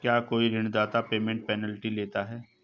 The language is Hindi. क्या कोई ऋणदाता प्रीपेमेंट पेनल्टी लेता है?